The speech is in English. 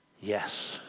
Yes